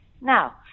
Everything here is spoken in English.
now